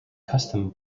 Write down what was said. custom